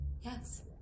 Yes